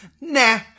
Nah